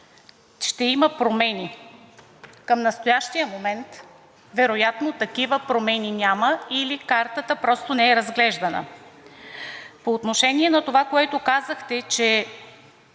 ще има промени. Към настоящия момент вероятно такива промени няма или картата просто не е разглеждана. По отношение на това, което казахте, че